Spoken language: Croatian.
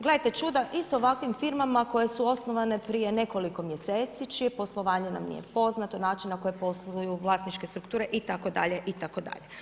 Gledajte čuda, isto ovakvim firmama koje su osnovane prije nekoliko mjeseci, čije poslovanje nam nije poznato, način na koji posluju, vlasničke strukture itd., itd.